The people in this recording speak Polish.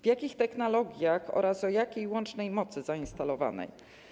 W jakich technologiach oraz o jakiej łącznej mocy zainstalowanej?